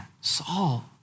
Saul